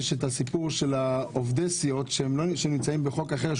יש הסיפור של עובדי סיעות שנמצאים בחוק אחר,